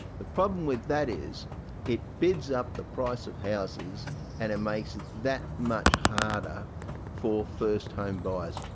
the problem with that is it bids up the price of houses and it makes it that much harder for first home buyers.